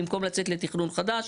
במקום לצאת לתכנון חדש.